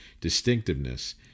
distinctiveness